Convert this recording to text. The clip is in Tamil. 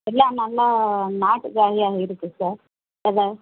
எல்லாம் நல்லா நாட்டு காயும் இருக்குது சார் அதுதான்